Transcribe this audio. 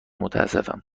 متاسفم